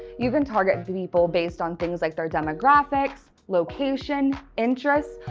you can target people based on things like their demographics, location, interests,